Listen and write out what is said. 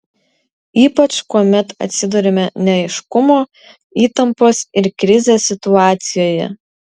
ypač kuomet atsiduriame neaiškumo įtampos ir krizės situacijoje